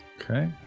Okay